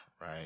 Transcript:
right